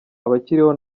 abakiriho